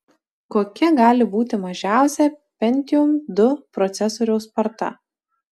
kokia gali būti mažiausia pentium ii procesoriaus sparta